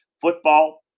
Football